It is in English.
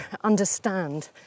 understand